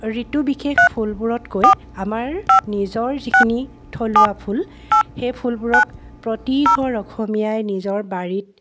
ঋতুবিশেষ ফুলবোৰতকৈ আমাৰ নিজৰ যিখিনি থলুৱা ফুল সেই ফুলবোৰক প্ৰতি ঘৰ অসমীয়াই নিজৰ বাৰীত